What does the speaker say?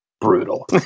brutal